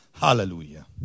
Hallelujah